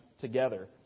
together